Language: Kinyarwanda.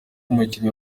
umukinnyi